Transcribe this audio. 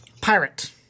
Pirate